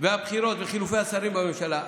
הבחירות וחילופי השרים בממשלה,